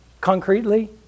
concretely